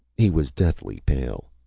he was deathly pale.